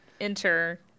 enter